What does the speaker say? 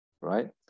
right